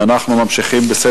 אין מתנגדים, אין נמנעים.